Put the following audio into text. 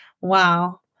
Wow